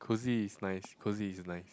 cozy is nice cozy is nice